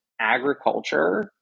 agriculture